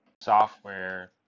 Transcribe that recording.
software